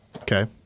Okay